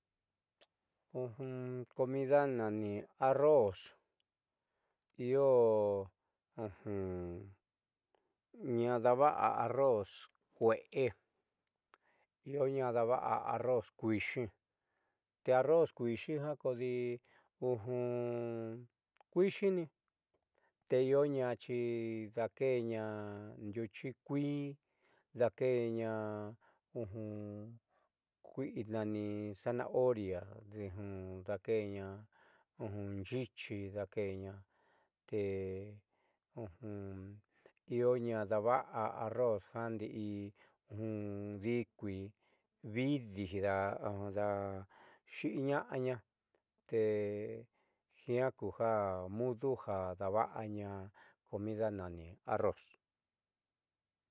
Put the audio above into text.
Comida nani arroz io naá daava'a arro kueé ioñaa dava'a arroz kuixi te arroz kuixija kodi kuixini te ioñaxidaakeena ndiuchi kuii daakeeña kuii nani zanahoria daakeena nyiichi daakeeña te iioña daava'a arroz ndi'i di'ikui vidi xiiña'aña tejiaa kuja mudujudava'aña comida nani arroz.